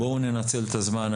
בואו ננצל את הזמן.